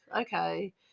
Okay